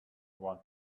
one